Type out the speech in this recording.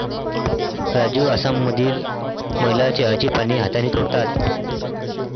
राजू आसाममधील महिला चहाची पाने हाताने तोडतात